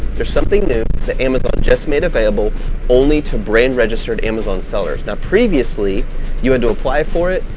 there's something new. the amazon just made available only to brand registered amazon sellers. now, previously you had to apply for it,